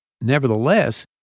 nevertheless